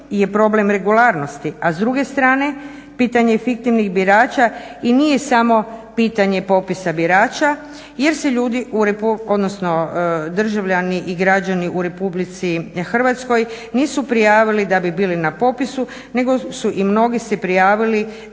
je problem regularnosti, a s druge strane pitanje fiktivnih birača i nije samo pitanje popisa birača jer se ljudi, odnosno državljani i građani u Republici Hrvatskoj nisu prijavili da bi bili na popisu nego su i mnogi se prijavili da bi ostvarili